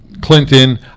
Clinton